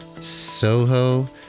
Soho